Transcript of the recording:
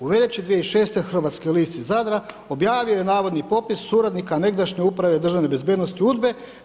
U veljači 2006. hrvatski list iz Zadra objavio je navodni popis suradnika negdašnje Uprave državne bezbednosti UDBA-e.